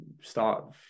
start